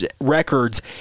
records